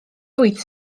wyt